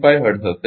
5 hertz હશે